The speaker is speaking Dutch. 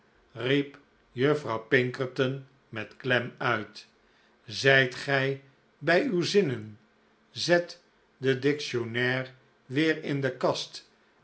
riep juffrouw pinkcrton met klcm uit zijt gij bij uw zinncn zct den dictionnairc weer in de kast